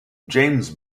james